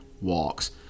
walks